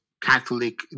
Catholic